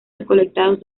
recolectados